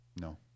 No